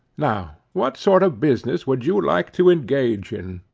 now what sort of business would you like to engage in?